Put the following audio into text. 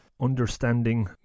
understanding